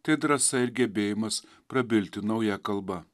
tai drąsa ir gebėjimas prabilti nauja kalba